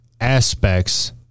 aspects